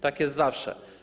Tak jest zawsze.